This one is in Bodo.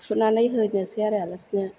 खुरनानै होनोसै आरो आलासिनो